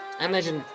imagine